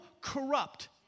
corrupt